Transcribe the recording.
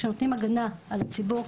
שנותנים הגנה על הציבור,